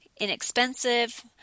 inexpensive